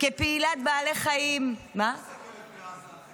כפעילת בעלי חיים ------ כלב מעזה